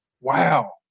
wow